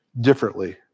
differently